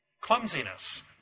clumsiness